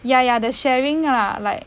ya ya the sharing lah like